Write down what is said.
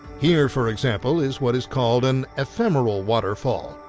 here for example, is what is called an ephemeral waterfall.